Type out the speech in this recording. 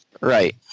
Right